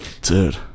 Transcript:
dude